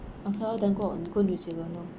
or cannot then go um go new zealand lor